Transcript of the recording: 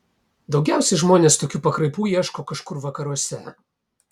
daugiausiai žmonės tokių pakraipų ieško kažkur vakaruose